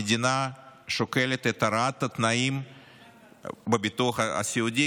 המדינה שוקלת את הרעת התנאים בביטוח הסיעודי,